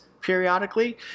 periodically